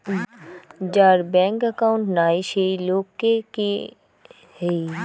যার bank account নাই সেই লোক কে ও কি টাকা দিবার পামু?